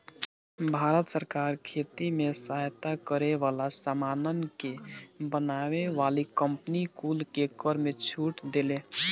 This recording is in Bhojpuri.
भारत सरकार खेती में सहायता करे वाला सामानन के बनावे वाली कंपनी कुल के कर में छूट देले